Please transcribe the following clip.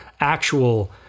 actual